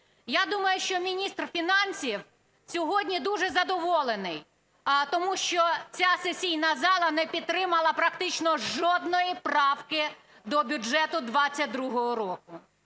Я думаю, що міністр фінансів сьогодні дуже задоволений, тому що ця сесійна зала не підтримала практично жодної правки до бюджету 22-го року.